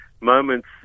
moments